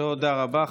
תודה רבה.